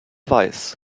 weiß